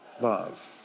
love